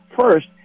first